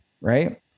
right